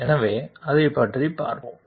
எனவே அதை பற்றி பார்ப்போம்